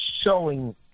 showing